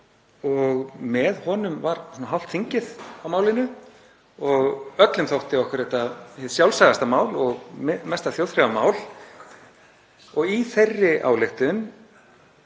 og með honum var hálft þingið á málinu. Öllum þótti okkur þetta hið sjálfsagðasta mál og mesta þjóðþrifamál. Í þeirri ályktun